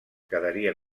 quedaria